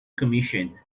commission